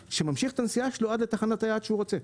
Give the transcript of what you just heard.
שממשיך את הנסיעה שלו עד לתחנת היעד שהוא רוצה.